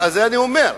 מעל 2 מיליוני ערבים.